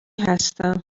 هستم